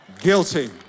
Guilty